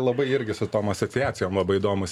labai irgi su tom asociacijom labai įdomus